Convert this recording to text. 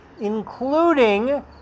including